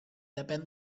depèn